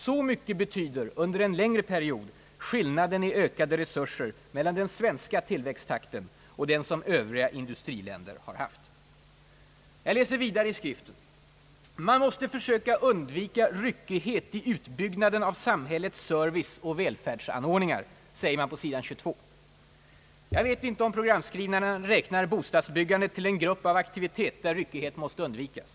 Så mycket betyder, under en längre period, skillnaden i ökade resurser mellan den svenska tillväxttakten och den som övriga industriländer haft. Jag läser vidare i skriften. »Man måste försöka undvika ryckighet i utbyggnaden av samhällets serviceoch välfärdsanordningar», säger man på sidan 22. Jag vet inte om programskrivarna räknar bostadsbyggandet till den grupp av aktivitet där ryckighet måste undvikas.